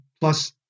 plus